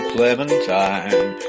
Clementine